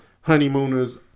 Honeymooners